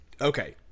Okay